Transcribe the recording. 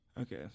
okay